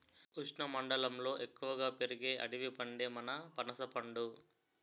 ఉష్ణమండలంలో ఎక్కువగా పెరిగే అడవి పండే మన పనసపండు